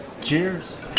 Cheers